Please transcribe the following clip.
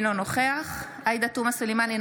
אינו נוכח עאידה תומא סלימאן,